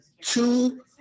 two